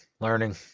learning